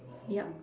yup